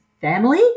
family